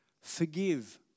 Forgive